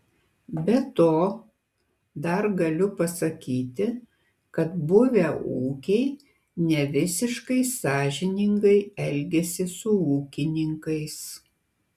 be to dar galiu pasakyti kad buvę ūkiai nevisiškai sąžiningai elgiasi su ūkininkais